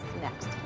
Next